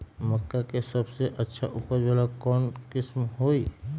मक्का के सबसे अच्छा उपज वाला कौन किस्म होई?